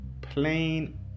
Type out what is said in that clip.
plain